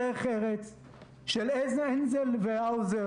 דנתם בג'ובים,